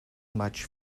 much